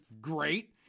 great